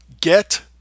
get